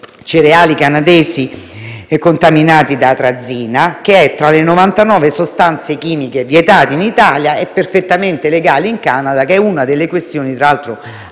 cereali canadesi contaminati da atrazina, che è tra le 99 sostanze chimiche vietate in Italia e perfettamente legali in Canada (che, peraltro,